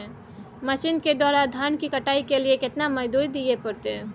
Machine के द्वारा धान की कटाइ के लिये केतना मजदूरी दिये परतय?